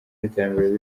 n’iterambere